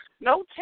no